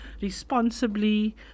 responsibly